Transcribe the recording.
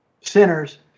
sinners